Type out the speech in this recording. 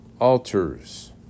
altars